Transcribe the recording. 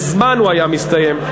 מזמן הוא היה מסתיים.